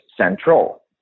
central